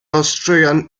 austrian